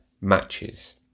matches